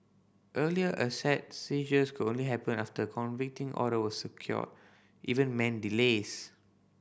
earlier asset seizures could only happen after order was secured even meant delays